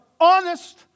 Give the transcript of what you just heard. honest